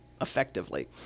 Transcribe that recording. effectively